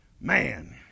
man